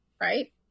Right